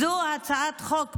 זו הצעת חוק בנפשי,